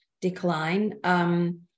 decline